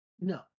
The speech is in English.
no